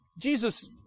Jesus